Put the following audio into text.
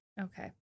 Okay